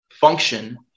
function